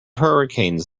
hurricanes